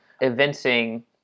evincing